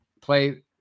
play